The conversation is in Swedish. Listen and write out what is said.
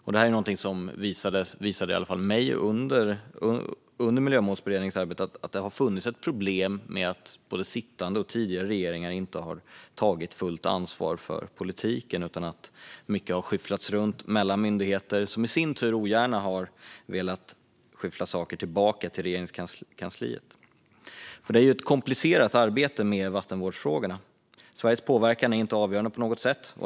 Under Miljömålsberedningens arbete visade det sig, i alla fall för mig, att det har funnits ett problem med att både sittande och tidigare regeringar inte har tagit fullt ansvar för politiken. Mycket har skyfflats runt mellan myndigheter, som i sin tur ogärna har velat skyffla saker tillbaka till Regeringskansliet. Det är komplicerat att arbeta med vattenvårdsfrågorna. Sveriges påverkan är inte avgörande på något sätt.